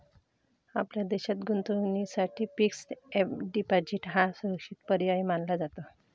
आपल्या देशात गुंतवणुकीसाठी फिक्स्ड डिपॉजिट हा सुरक्षित पर्याय मानला जातो